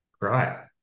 right